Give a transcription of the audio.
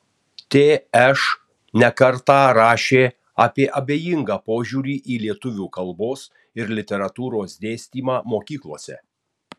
tš ne kartą rašė apie abejingą požiūrį į lietuvių kalbos ir literatūros dėstymą mokyklose